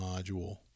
module